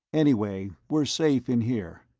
anyway, we're safe in here.